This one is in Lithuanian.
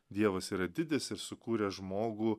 dievas yra didis ir sukūrė žmogų